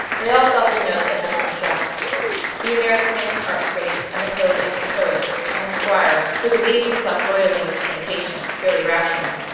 they all felt the note that had been struck the american as an art critic and the poet as a poet and the squire, who believed himself boiling with an impatience purely rational,